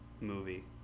movie